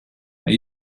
are